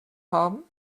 haben